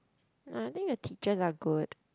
no I think the teachers are good